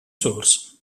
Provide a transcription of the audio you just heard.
source